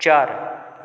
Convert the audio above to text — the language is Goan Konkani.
चार